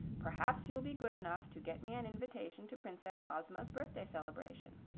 perhaps you'll be good enough to get me an invitation to princess ozma's birthday celebration.